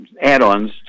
add-ons